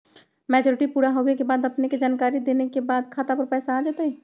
Maturity पुरा होवे के बाद अपने के जानकारी देने के बाद खाता पर पैसा आ जतई?